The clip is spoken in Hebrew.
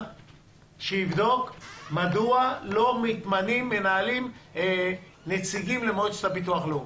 שיבדוק מדוע לא מתמנים נציגים למועצת הביטוח הלאומי.